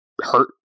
hurt